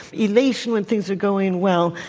elation when things are going well.